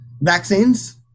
vaccines